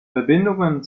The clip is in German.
verbindungen